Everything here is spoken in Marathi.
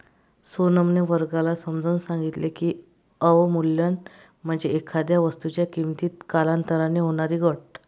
सोनमने वर्गाला समजावून सांगितले की, अवमूल्यन म्हणजे एखाद्या वस्तूच्या किमतीत कालांतराने होणारी घट